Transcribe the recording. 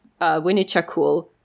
Winichakul